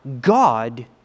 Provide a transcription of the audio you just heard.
God